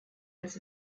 als